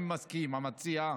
אם המציע מסכים.